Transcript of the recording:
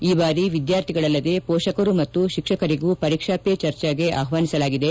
ಈ ಬಾರಿ ವಿದ್ಯಾರ್ಥಿಗಳಲ್ಲದೆ ಪೋಷಕರು ಮತ್ತು ಶಿಕ್ಷಕರಿಗೂ ಪರೀಕ್ಷಾ ಪೆ ಚರ್ಚಾಗೆ ಆಹ್ವಾನಿಸಲಾಗಿದೆ